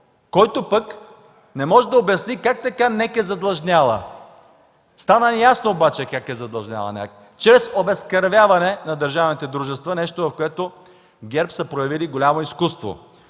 който пък не може да обясни как така НЕК е задлъжняла. Стана ясно обаче как е задлъжняла НЕК – чрез обезкървяване на държавните дружества, нещо, в което ГЕРБ са проявили голямо изкуство